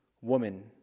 Woman